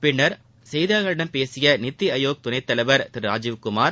பின்னர் செய்தியாளர்களிடம் பேசிய நிதி ஆயோக் துணைத்தலைவர் திரு ராஜீவ்குமார்